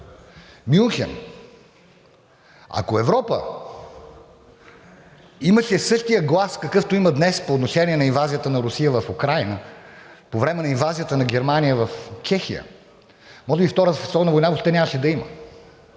Мюнхен. Ако Европа имаше същия глас, какъвто има днес по отношение на инвазията на Русия в Украйна, по време на инвазията на Германия в Чехия, може би Втората световна война въобще нямаше да я има,